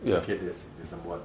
okay this this number one